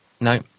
no